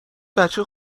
بچه